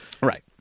Right